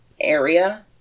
area